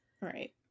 Right